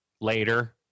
later